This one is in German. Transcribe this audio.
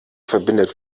verbindet